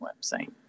website